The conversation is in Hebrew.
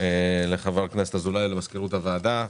לחבר הכנסת אזולאי, למזכירות הוועדה.